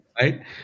right